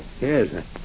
yes